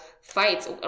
fights